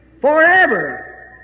forever